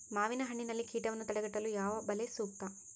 ಮಾವಿನಹಣ್ಣಿನಲ್ಲಿ ಕೇಟವನ್ನು ತಡೆಗಟ್ಟಲು ಯಾವ ಬಲೆ ಸೂಕ್ತ?